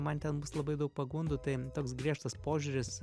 man ten bus labai daug pagundų tai toks griežtas požiūris